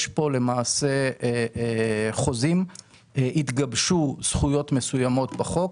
יש כאן למעשה חוזים, התגבשו זכויות מסוימות בחוק,